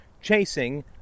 chasing